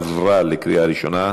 עברה בקריאה ראשונה,